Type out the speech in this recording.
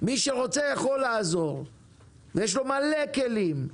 מי שרוצה יכול לעזור ויש לו מלא כלים,